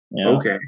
Okay